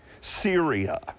Syria